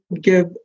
give